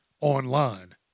online